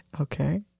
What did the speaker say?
Okay